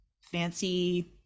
fancy